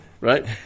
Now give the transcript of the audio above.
right